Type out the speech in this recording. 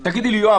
תגידו לי: יואב,